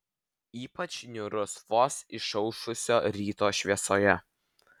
ypač niūrus vos išaušusio ryto šviesoje